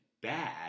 bad